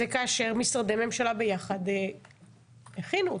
זה כאשר משרדי ממשלה ביחד הכינו אותה,